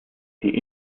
die